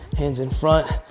hands in front.